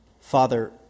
Father